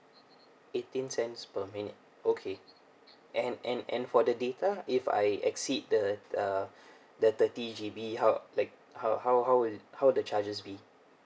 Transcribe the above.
eighteen cents per minute okay and and and for the data if I exceed the uh the thirty G_B how like how how how will how the charges be